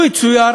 לו יצויר